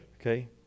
Okay